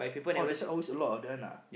orh that's why always a lot of that one lah